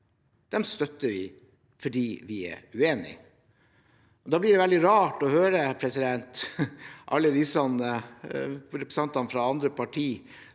støtter vi ikke fordi vi er uenig i dem. Da blir det veldig rart å høre alle representantene fra andre partier